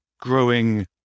growing